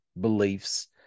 beliefs